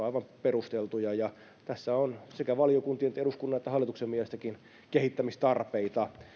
aivan perusteltuja tässä on sekä valiokuntien että eduskunnan ja hallituksenkin mielestä kehittämistarpeita